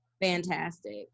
fantastic